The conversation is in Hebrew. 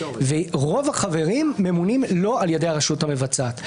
ורוב החברים ממונים לא על ידי הרשות המבצעת.